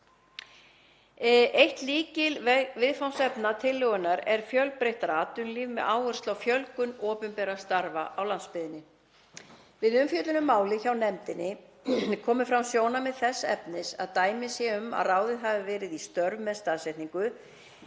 Eitt lykilviðfangsefna tillögunnar er fjölbreyttara atvinnulíf með áherslu á fjölgun opinberra starfa á landsbyggðinni. Við umfjöllun um málið hjá nefndinni komu fram sjónarmið þess efnis að dæmi séu um að ráðið hafi verið í störf með staðsetningu